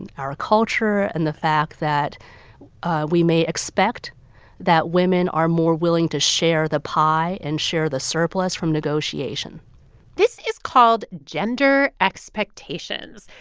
and our culture and the fact that we may expect that women are more willing to share the pie and share the surplus from negotiation this is called gender expectations.